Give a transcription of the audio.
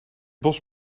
bos